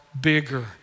bigger